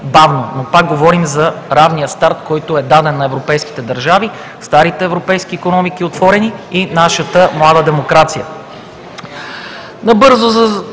Но пак говорим за равния старт, който е даден на европейските държави, старите отворени европейски икономики и нашата млада демокрация.